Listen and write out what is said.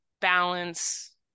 balance